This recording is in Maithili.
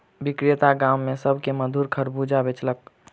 विक्रेता गाम में सभ के मधुर खरबूजा बेचलक